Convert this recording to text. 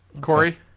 Corey